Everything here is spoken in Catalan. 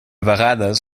vegades